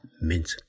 mint